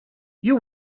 you